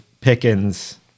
Pickens